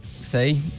See